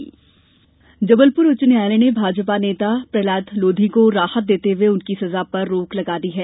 लोधी स्थगन जबलपुर उच्च न्यायालय ने भाजपा नेता प्रहलाद लोधी को राहत देते हुए उनकी सजा पर रोक लगा दी है